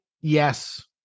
Yes